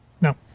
No